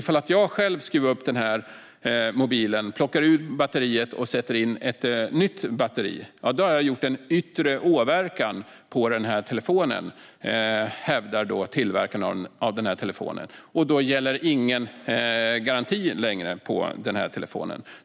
Om jag själv skruvar isär mobilen, plockar ur batteriet och sätter in ett nytt batteri, då har jag gjort en yttre åverkan på telefonen, hävdar tillverkaren. Då gäller ingen garanti längre på telefonen.